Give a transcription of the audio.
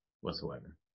whatsoever